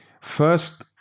first